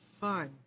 fun